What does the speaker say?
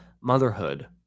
motherhood